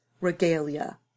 regalia